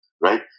right